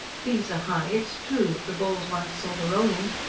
fees are high, it's true, if the ball's once set a-rolling.